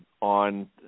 on